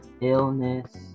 illness